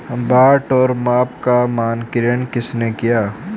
बाट और माप का मानकीकरण किसने किया?